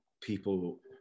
people